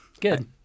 Good